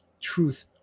truth